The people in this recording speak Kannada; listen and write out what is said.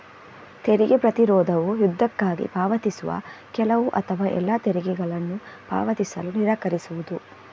ತೆರಿಗೆ ಪ್ರತಿರೋಧವು ಯುದ್ಧಕ್ಕಾಗಿ ಪಾವತಿಸುವ ಕೆಲವು ಅಥವಾ ಎಲ್ಲಾ ತೆರಿಗೆಗಳನ್ನು ಪಾವತಿಸಲು ನಿರಾಕರಿಸುವುದು